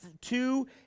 two